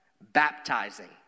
baptizing